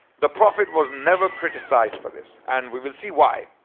the prophet was never criticized for this and we will see why.